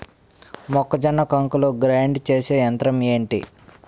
మొక్కజొన్న కంకులు గ్రైండ్ చేసే యంత్రం ఏంటి?